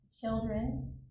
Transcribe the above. children